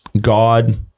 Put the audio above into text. God